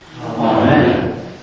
Amen